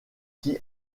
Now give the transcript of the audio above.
qui